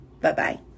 Bye-bye